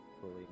fully